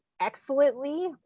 excellently